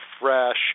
fresh